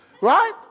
Right